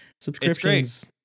subscriptions